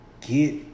Get